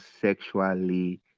sexually